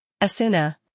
Asuna